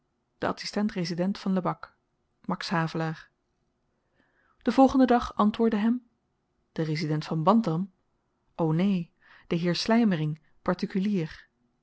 de adsistent resident van lebak max havelaar den volgenden dag antwoordde hem de resident van bantam o neen de heer slymering partikulier